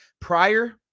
Prior